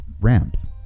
ramps